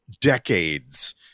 decades